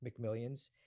McMillions